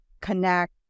connect